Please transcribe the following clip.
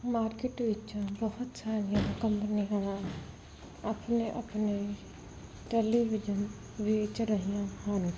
market ਵਿੱਚ ਬਹੁਤ ਸਾਰੀਆਂ ਕੰਪਨੀਆਂ ਆਪਣੇ ਆਪਣੇ ਟੈਲੀਵਿਜਨ ਵੇਚ ਰਹੀਆਂ ਹਨ